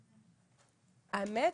האמת,